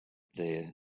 there